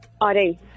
ID